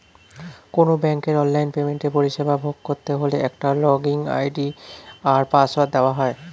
কোনো ব্যাংকের অনলাইন পেমেন্টের পরিষেবা ভোগ করতে হলে একটা লগইন আই.ডি আর পাসওয়ার্ড দেওয়া হয়